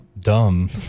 dumb